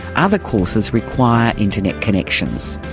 other courses require internet connections.